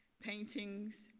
paintings,